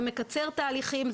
זה מקצר תהליכים,